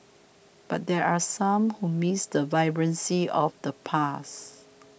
but there are some who miss the vibrancy of the past